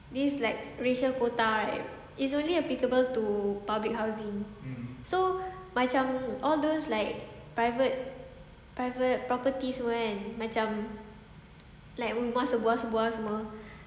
this like racial quota right is only applicable to public housing so macam all those like private private properties semua kan macam like rumah sebuah sebuah semua